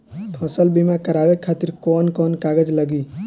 फसल बीमा करावे खातिर कवन कवन कागज लगी?